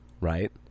right